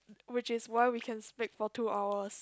which is why we can speak for two hours